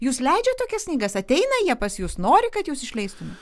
jūs leidžiat tokias knygas ateina jie pas jus nori kad jus išleistumėt